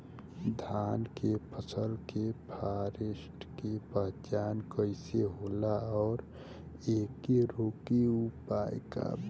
धान के फसल के फारेस्ट के पहचान कइसे होला और एके रोके के उपाय का बा?